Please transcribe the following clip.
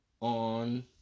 on